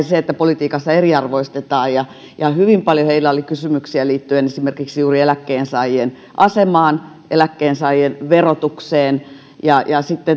se että politiikassa eriarvoistetaan hyvin paljon heillä oli kysymyksiä liittyen esimerkiksi juuri eläkkeensaajien asemaan eläkkeensaajien verotukseen